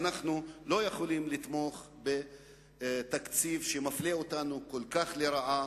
אנחנו לא יכולים לתמוך בתקציב שמפלה אותנו כל כך לרעה,